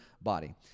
body